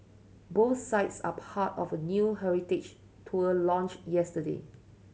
both sites are part of a new heritage tour launched yesterday